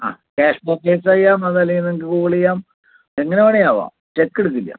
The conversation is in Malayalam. ആ ക്യാഷ് ബുക്കിങ്ങ്സ് ചെയ്യാം അതല്ലെങ്കിൽ നിങ്ങൾക്ക് ഗൂഗിള് ചെയ്യാം എങ്ങനെ വേണെൽ ആവാം ചെക്കെടുക്കില്ല